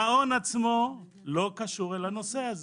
המעון עצמו לא קשור לנושא.